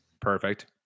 Perfect